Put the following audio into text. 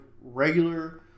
regular